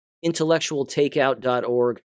intellectualtakeout.org